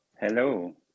hello